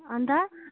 अन्त